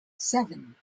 seven